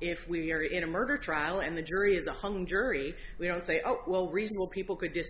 if we are in a murder trial and the jury is a hung jury we don't say oh well reasonable people c